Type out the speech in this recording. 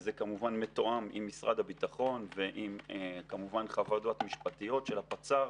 וזה כמובן מתואם עם משרד הביטחון ועם כמובן חוות דעת משפטיות של הפצ"ר,